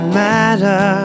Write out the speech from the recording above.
matter